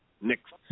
next